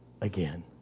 again